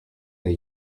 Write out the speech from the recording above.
they